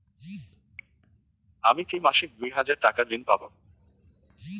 আমি কি মাসিক দুই হাজার টাকার ঋণ পাব?